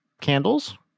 candles